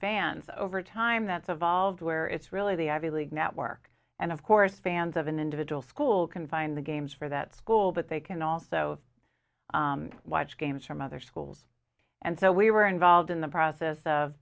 fans over time that's evolved where it's really the ivy league network and of course fans of an individual school can find the games for that school but they can also watch games from other schools and so we were involved in the process of